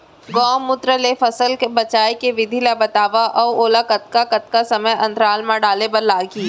गौमूत्र ले फसल बचाए के विधि ला बतावव अऊ ओला कतका कतका समय अंतराल मा डाले बर लागही?